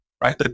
right